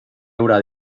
haurà